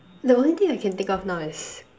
the only thing I can think of now is